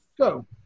Go